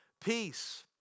peace